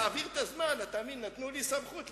האשפה הייתי הולך ומסתובב יחד אתם,